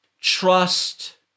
Trust